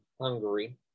Hungary